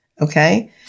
okay